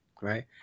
right